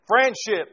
Friendship